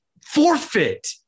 forfeit